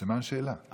סימן שאלה.